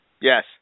Yes